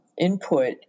input